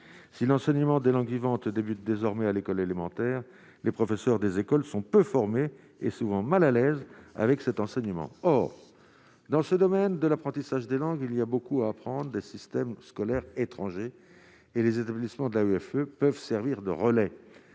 si l'enseignement des langues vivantes débute désormais à l'école élémentaire, les professeurs des écoles sont peu formés et souvent mal à l'aise. Avec cet enseignement, or dans ce domaine de l'apprentissage des langues, il y a beaucoup à prendre les systèmes scolaires étrangers et les établissements de la EFE peuvent servir de relais,